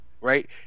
right